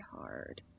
hard